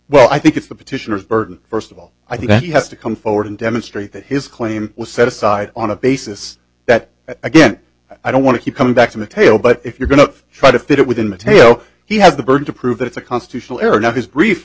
well i think it's the petitioners burden first of all i think that he has to come forward and demonstrate that his claim was set aside on a basis that again i don't want to keep coming back to the table but if you're going to try to fit within the tayo he has the burden to prove that it's a constitutional error not his brief